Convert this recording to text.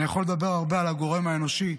אני יכול לדבר הרבה על הגורם האנושי,